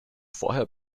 vorher